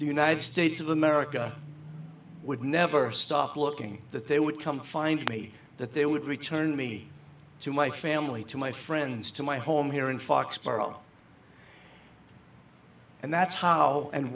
the united states of america would never stop looking that they would come find me that they would return me to my family to my friends to my home here in foxboro and that's how and